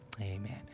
Amen